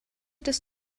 des